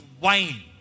wine